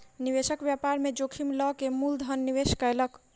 निवेशक व्यापार में जोखिम लअ के मूल धन निवेश कयलक